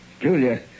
Julia